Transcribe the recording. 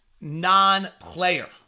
non-player